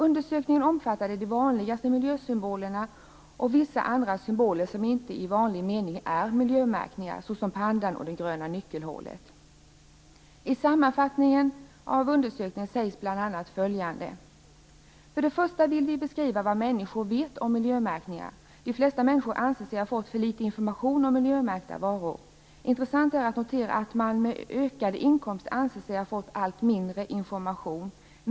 Undersökningen omfattade de vanligaste miljösymbolerna och vissa andra symboler som inte i vanlig mening är miljömärkningar, såsom pandan och det gröna nyckelhålet. I sammanfattningen av undersökningen sägs bl.a. följande: För det första vill vi beskriva vad människor vet om miljömärkningar. De flesta människor anser sig ha fått för litet information om miljömärkta varor. Intressant är att notera att man med ökade inkomster anser sig ha fått allt mindre information.